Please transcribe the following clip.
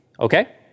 Okay